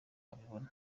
abibona